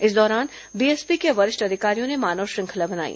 इस दौरान बीएसपी के वरिष्ठ अधिकारियों ने मानव श्रृंखला बनाई